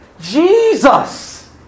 Jesus